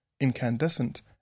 Incandescent